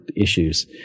issues